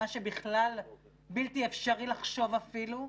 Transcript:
מה בכלל בלתי אפשרי לחשוב אפילו,